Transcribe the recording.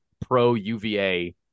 pro-UVA